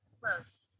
close